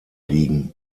liegen